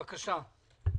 בבקשה.